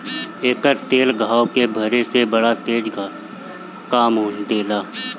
एकर तेल घाव के भरे में बड़ा तेज काम देला